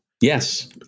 Yes